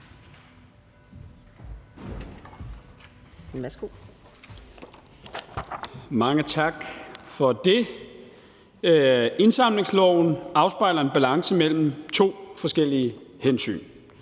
Mange tak for det. Indsamlingsloven afspejler en balance mellem to forskellige hensyn.